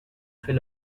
fait